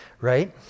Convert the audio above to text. right